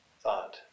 thought